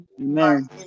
Amen